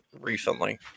recently